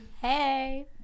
Hey